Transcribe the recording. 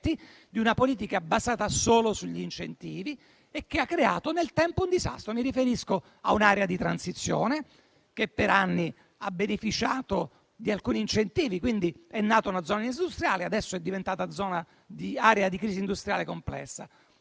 di una politica basata solo sugli incentivi e ha creato nel tempo un disastro: mi riferisco a un'area di transizione che per anni ha beneficiato di alcuni incentivi, ed è quindi nata una zona industriale, che adesso è diventata area di crisi industriale complessa.